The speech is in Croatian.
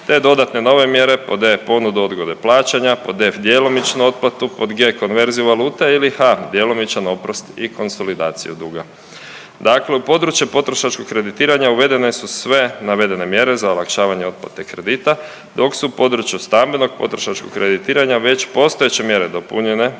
te dodatne nove mjere. Pod E ponudu odgode plaćanja, pod F djelomičnu otplatu, pod G konverziju valute ili H djelomičan oprost i konsolidaciju duga. Dakle, u područje potrošačkog kreditiranja uvedene su sve navedene mjere za olakšavanje otplate kredita, dok su u području stambenog potrošačkog kreditiranja već postojeće mjere dopunjene